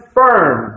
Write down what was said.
firm